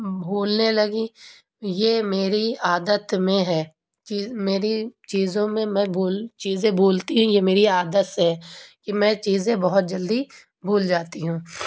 بھولنے لگی یہ میری عادت میں ہے کہ میری چیزوں میں میں بھول چیزیں بھولتی یہ میری عادت سے ہے کہ میں چیزیں بہت جلدی بھول جاتی ہوں